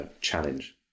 challenge